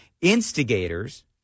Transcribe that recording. instigators